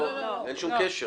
אין שום קשר.